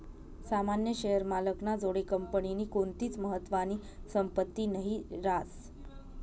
सामान्य शेअर मालक ना जोडे कंपनीनी कोणतीच महत्वानी संपत्ती नही रास